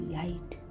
light